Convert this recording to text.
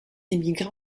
émigra